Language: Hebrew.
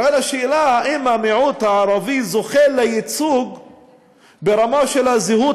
האם המיעוט הערבי זוכה לייצוג ברמה של הזהות